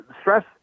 stress